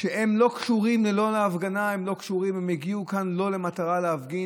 והם לא קשורים להפגנה, הם הגיעו לא במטרה להפגין.